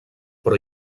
però